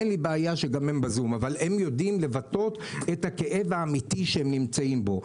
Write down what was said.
אין לי בעיה שהם בזום אבל הם יודעים לבטא את הכאב האמיתי שהם נמצאים בו.